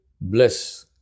bless